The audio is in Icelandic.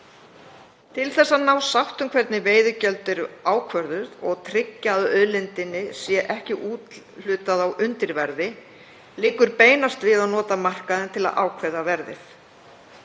Til þess að ná sátt um hvernig veiðigjöld eru ákvörðuð og tryggja að auðlindinni sé ekki úthlutað á undirverði liggur beinast við að nota markaðinn til að ákveða verðið.